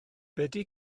ydy